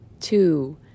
two